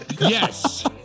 Yes